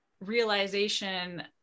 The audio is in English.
realization